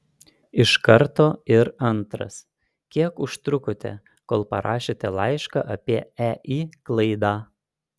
iš karto ir antras kiek užtrukote kol parašėte laišką apie ei klaidą